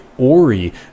ori